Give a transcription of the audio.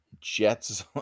Jets